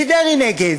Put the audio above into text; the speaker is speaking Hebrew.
כי דרעי נגד.